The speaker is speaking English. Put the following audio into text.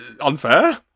unfair